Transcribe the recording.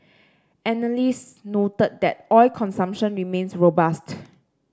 analysts noted that oil consumption remains robust